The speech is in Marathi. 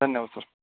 धन्यवाद सर